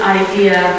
idea